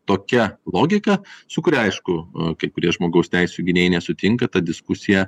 tokia logika su kuria aišku a kai kurie žmogaus teisių gynėjai nesutinka ta diskusija